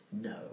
no